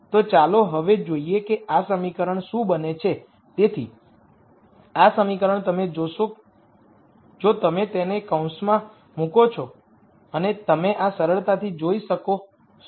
તો ચાલો હવે જોઈએ કે આ સમીકરણ શું બને છે તેથી આ સમીકરણ તમે જોશો જો તમે તેને કૌંસમાં મુકો છો અને તમે આ સરળતાથી જોઈ શકશો